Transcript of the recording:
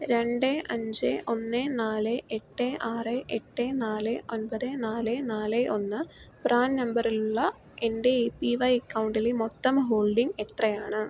രണ്ട് അഞ്ച് ഒന്ന് നാല് എട്ട് ആറ് എട്ട് നാല് ഒൻപത് നാല് നാല് ഒന്ന് പ്രാൻ നമ്പറിലുള്ള എൻ്റെ എ പി വൈ അക്കൗണ്ടിലെ മൊത്തം ഹോൾഡിംഗ് എത്രയാണ്